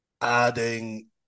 adding